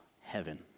heaven